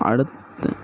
அடுத்து